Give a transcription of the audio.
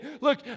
look